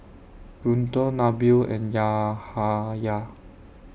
Guntur Nabil and Yahaya